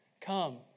Come